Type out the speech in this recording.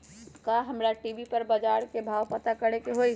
का हमरा टी.वी पर बजार के भाव पता करे के होई?